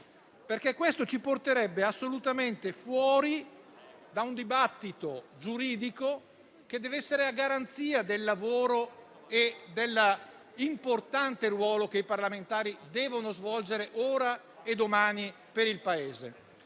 questo ci porterebbe assolutamente fuori da un dibattito giuridico che deve essere a garanzia del lavoro e dell'importante ruolo che i parlamentari devono svolgere ora e domani per il Paese.